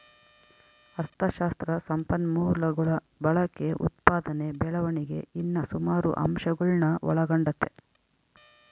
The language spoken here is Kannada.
ಅಥಶಾಸ್ತ್ರ ಸಂಪನ್ಮೂಲಗುಳ ಬಳಕೆ, ಉತ್ಪಾದನೆ ಬೆಳವಣಿಗೆ ಇನ್ನ ಸುಮಾರು ಅಂಶಗುಳ್ನ ಒಳಗೊಂಡತೆ